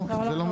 לא, זה לא